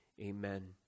Amen